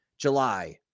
July